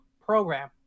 program